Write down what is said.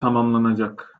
tamamlanacak